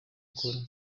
gukora